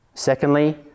Secondly